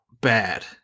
bad